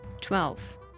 Twelve